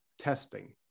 testing